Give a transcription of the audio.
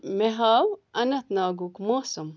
مے ہاو اننٛت ناگُک موسم